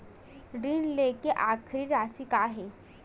ऋण लेके आखिरी राशि का हे?